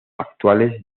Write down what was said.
actuales